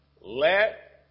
Let